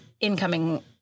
incoming